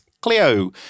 Clio